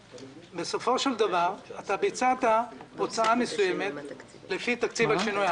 בסופו של דבר אתה ביצעת הוצאה מסוימת לפי תקציב על שינוייו,